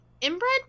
inbred